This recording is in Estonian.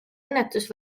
õnnetus